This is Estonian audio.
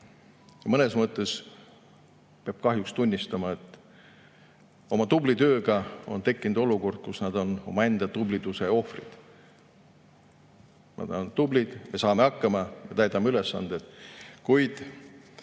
Mõnes mõttes peab kahjuks tunnistama, et nende tubli tööga on tekkinud olukord, kus nad on omaenda tubliduse ohvrid. Nad on tublid, me saame hakkama ja täidame ülesandeid, kuid